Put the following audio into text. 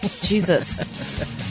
Jesus